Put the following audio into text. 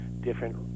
different